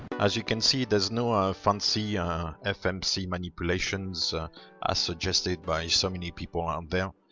as you can see there's no ah fancy ah fmc manipulations as suggested by so many people out there.